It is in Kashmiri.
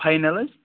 فاینَل حظ